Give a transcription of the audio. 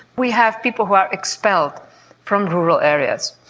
we have people who are expelled from rural areas.